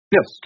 Yes